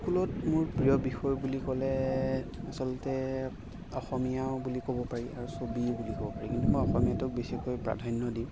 স্কুলত মোৰ প্ৰিয় বিষয় বুলি ক'লে আচলতে অসমীয়াও বুলি ক'ব পাৰি আৰু ছবি বুলি ক'ব পাৰি কিন্তু মই অসমীয়াটোক বিশেষকৈ প্ৰাধান্য দিম